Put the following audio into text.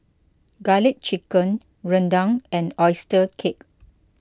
Garlic Chicken Rendang and Oyster Cake